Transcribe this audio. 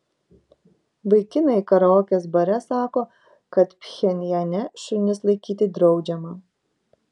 vaikinai karaokės bare sako kad pchenjane šunis laikyti draudžiama